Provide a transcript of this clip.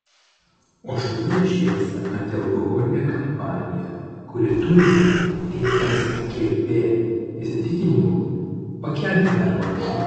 o šalyje šėlsta antialkoholinė kampanija kuri turi tskp įsitikinimu pakelti darbo našumą